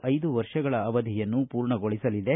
ಐದು ವರ್ಷಗಳ ಅವಧಿಯನ್ನು ಪೂರ್ಣಗೊಳಿಸಲಿದೆ